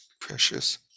Precious